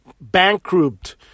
bankrupt